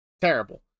Terrible